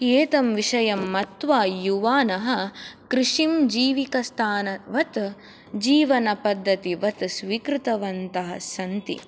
एतं विषयं मत्वा युवानः कृषिं जीविकास्थानवत् जीवनपद्धतिवत् स्वीकृतवन्तः सन्ति